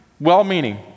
well-meaning